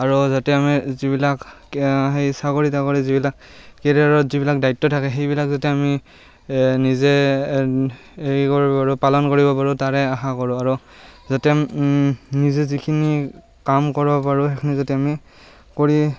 আৰু যাতে আমি যিবিলাক চাকৰি সেই চাকৰি তাকৰি যিবিলাক কেৰিয়াৰত যিবিলাক দায়িত্ব থাকে সেইবিলাক যাতে আমি নিজে সেই কৰিব পাৰোঁ পালন কৰিব পাৰোঁ তাৰে আশা কৰোঁ আৰু যাতে নিজে যিখিনি কাম কৰিব পাৰোঁ সেইখিনি যাতে আমি কৰিয়েই